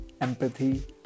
empathy